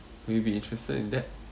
will you be interested in that